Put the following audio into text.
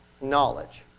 knowledge